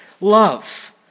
love